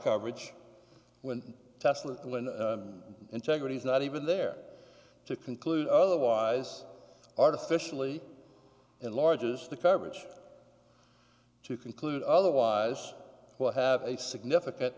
coverage when the test of integrity is not even there to conclude otherwise artificially enlarges the coverage to conclude otherwise will have a significant